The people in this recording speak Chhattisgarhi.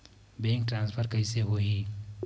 बैंक ट्रान्सफर कइसे होही?